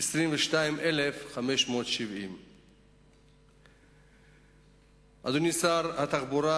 הוא 22,570. אדוני שר התחבורה,